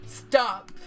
stop